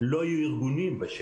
לא יהיו ארגונים בשטח.